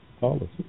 policy